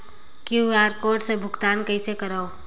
QR code से भुगतान कइसे करथव?